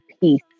peace